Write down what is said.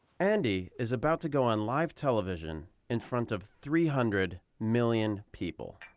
andy is about to go on live television in front of three hundred million people.